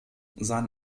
sein